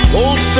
old